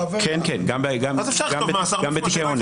כן, כן, גם בתיקי אונס.